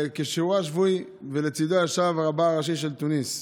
כשיעורו השבועי, ולצידו ישב רבה הראשי של תוניס,